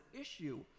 issue